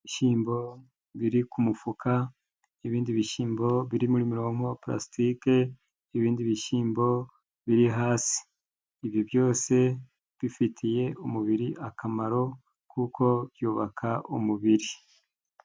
Ibishyimbo biri ku mufuka n'ibindi bishyimbo biri muri mironko (pulastike), ibindi bishyimbo biri hasi. Ibi byose bifitiye umubiri akamaro kuko byubaka umubiri.